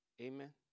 Amen